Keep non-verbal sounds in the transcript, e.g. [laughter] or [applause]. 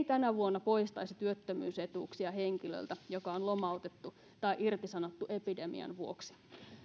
[unintelligible] tänä vuonna poistaisi työttömyysetuuksia henkilöltä joka on lomautettu tai irtisanottu epidemian vuoksi